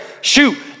Shoot